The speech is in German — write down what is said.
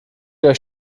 der